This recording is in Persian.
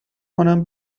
کنم